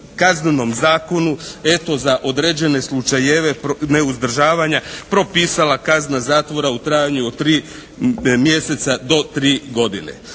Kaznenom zakonu eto za određene slučajeve neuzdržavanja propisala kazna zatvora u trajanju od 3 mjeseca do 3 godine.